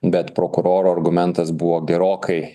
bet prokuroro argumentas buvo gerokai